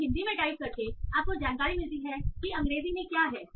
तो हिंदी में टाइप करके आपको जानकारी मिलती है कि अंग्रेजी में क्या है